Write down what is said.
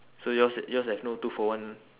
so yours yours have no two for one